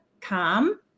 calm